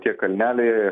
tie kalneliai